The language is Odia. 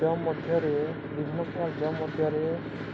ଜବ୍ ମଧ୍ୟରେ ବିଭିନ୍ନ ଜବ୍ ମଧ୍ୟରେ